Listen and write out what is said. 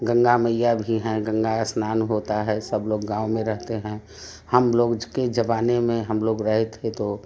गंगा मईया भी है गंगा स्नान होता है सब लोग गाँव में रहते हैं हम लोग के जने मामें हम लोग रहते तो